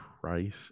price